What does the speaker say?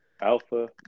Alpha